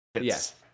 Yes